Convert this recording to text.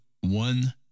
one